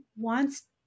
wants